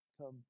Come